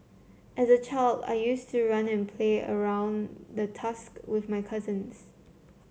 as a child I used to run and play around the tusk with my cousins